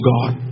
God